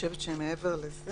חושבת שמעבר לזה